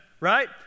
Right